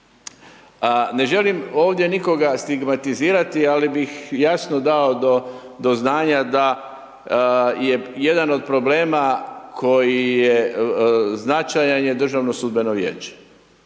Ne želim ovdje nikoga stigmatizirati, ali bih jasno dao do znanja da je jedan od problema koji je značajan je Državno sudbeno vijeće.